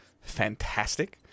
fantastic